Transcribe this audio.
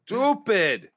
Stupid